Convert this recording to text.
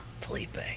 Felipe